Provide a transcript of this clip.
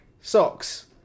socks